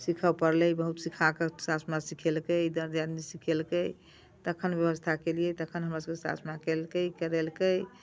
सीखऽ परलै बहुत सीखा कऽ साउस मैया सीखेलकै दर दियादनी सीखलेकै तखन व्यवस्था केलिए तखन हमर सबके साउस मैया केलकै करेलकै